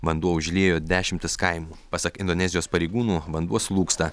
vanduo užliejo dešimtis kaimų pasak indonezijos pareigūnų vanduo slūgsta